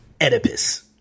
Oedipus